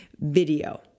Video